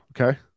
okay